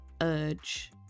urge